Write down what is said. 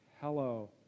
Hello